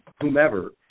whomever